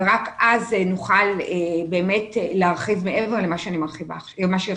ורק אז נוכל להרחיב מעבר למה שהצגתי עכשיו.